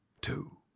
two